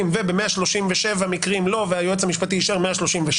וב-137 מקרים לא והיועץ המשפטי אישר 136,